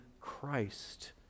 Christ